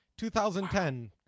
2010